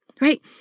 right